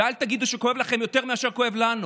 ואל תגידו שזה כואב לכם יותר מאשר כואב לנו.